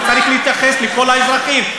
הוא צריך להתייחס לכל האזרחים.